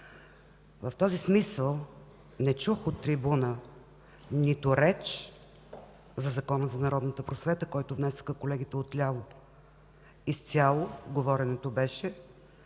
В този смисъл не чух от трибуната нито реч по Закона за народната просвета, който внесоха колегите от ляво. Изцяло говоренето беше